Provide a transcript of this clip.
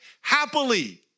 happily